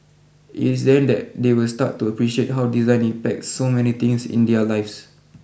it is then that they will start to appreciate how design impacts so many things in their lives